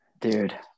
dude